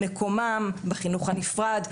מקומם בחינוך הנפרד,